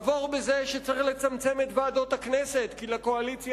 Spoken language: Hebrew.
עבור בזה שצריך לצמצם את ועדות הכנסת כי לקואליציה